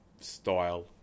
style